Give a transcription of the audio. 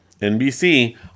NBC